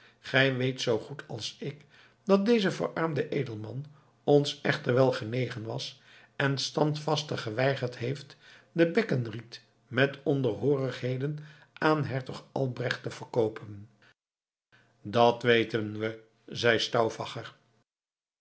gij weet zoo goed als ik dat deze verarmde edelman ons echter wel genegen was en standvastig geweigerd heeft den beckenried met onderhoorigheden aan hertog albrecht te verkoopen dat weten we zeide